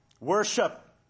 worship